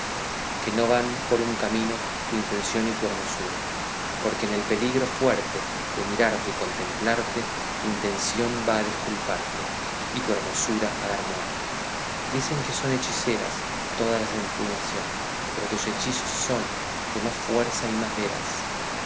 que no van por un camino tu intención y tu hermosura porque en el peligro fuerte de mirarte o contemplarte tu intención va a desculparte y tu hermosura a dar muerte dicen que son hechiceras todas las de tu nación pero tus hechizos son de más fuerzas y más veras